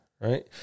right